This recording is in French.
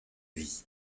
vie